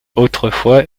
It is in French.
autrefois